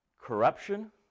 corruption